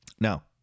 Now